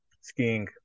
skiing